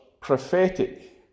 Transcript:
prophetic